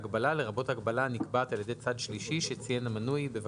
"הגבלה" לרבות הגבלה הנקבעת על ידי צד שלישי שציין המנוי בבקשתו.""